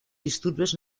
disturbios